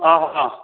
ହଁ ହଁ ହଁ